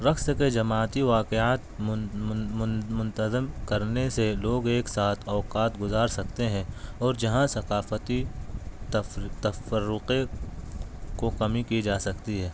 رقص کے جماعتی واقعات منتظم کرنے سے لوگ ایک ساتھ اوقات گزار سکتے ہیں اور جہاں ثقافتی تفرقے کو کمی کی جا سکتی ہے